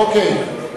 בשעות הצהריים ונראה.